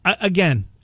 Again